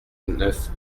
neuf